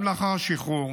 גם לאחר השחרור